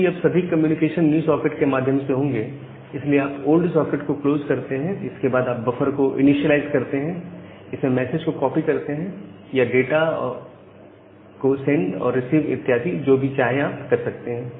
चूकि अब सभी कम्युनिकेशन न्यू सॉकेट के माध्यम से होंगे इसलिए आप ओल्ड सॉकेट को क्लोज करते हैं इसके बाद आप बफर को इनीशिएलाइज करते हैं इसमें मैसेज को कॉपी करते हैं या सेंड और रिसीव इत्यादि जो आप चाहें करते हैं